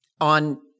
on